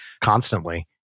constantly